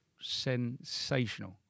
sensational